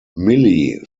millie